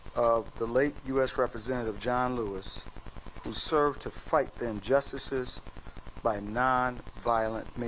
the late u s. representative john lewis who served to fight the injustices by nonviolent